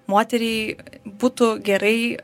moteriai būtų gerai